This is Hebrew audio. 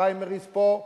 פריימריס פה.